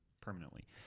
permanently